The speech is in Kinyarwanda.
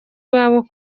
iwabo